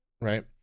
right